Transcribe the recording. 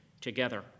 together